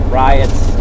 riots